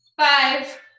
five